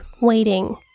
waiting